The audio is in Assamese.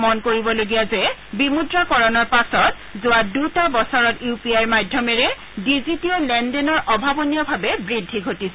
মন কৰিবলগীয়া যে বিমূদ্ৰাকৰণৰ পাছত যোৱা দুটা বছৰত ইউ পি আইৰ মাধ্যমেৰে ডিজিটীয় লেনদেনৰ অভাৱনীয়ভাৱে বৃদ্ধি ঘটিছে